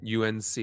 UNC